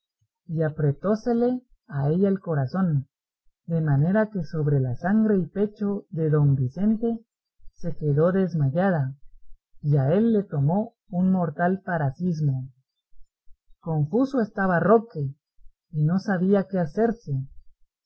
y apretósele a ella el corazón de manera que sobre la sangre y pecho de don vicente se quedó desmayada y a él le tomó un mortal parasismo confuso estaba roque y no sabía qué hacerse